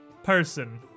person